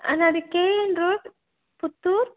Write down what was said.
ఆ నాది K N road Puttur